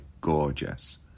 gorgeous